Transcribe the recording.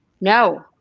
no